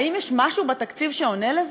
האם יש משהו בתקציב שעונה על זה?